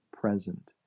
present